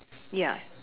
ya